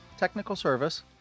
technicalservice